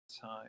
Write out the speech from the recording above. time